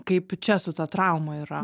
kaip čia su ta trauma yra